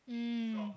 mm